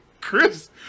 Chris